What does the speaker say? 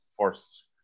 first